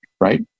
right